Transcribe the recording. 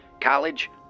College